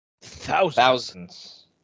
Thousands